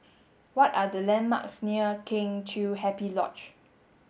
what are the landmarks near Kheng Chiu Happy Lodge